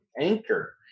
anchor